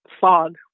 fog